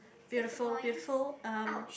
beautiful beautiful um